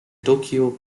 tokyo